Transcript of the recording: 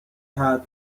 had